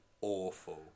awful